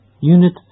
Unit